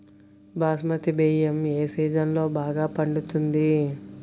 బాస్మతి బియ్యం ఏ సీజన్లో బాగా పండుతుంది?